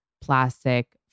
plastic